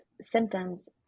symptoms